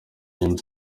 james